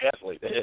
athlete